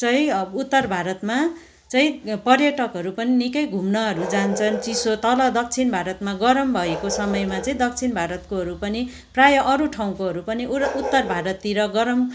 चाहिँ उत्तर भारतमा चाहिँ पर्यटकहरू पनि निकै घुम्नहरू जान्छन् चिसो तल दक्षिण भारतमा गरम भएको समयमा चाहिँ दक्षिण भारतकोहरू पनि प्रायः अरू ठाउँकोहरू पनि उर उत्तर भारततिर गरम